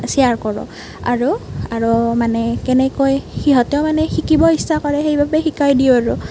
share কৰোঁ আৰু আৰু মানে কেনেকৈ সিহঁতেও মানে শিকিব ইচ্ছা কৰে সেইবাবে শিকাই দিওঁ আৰু